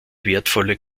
wertvolle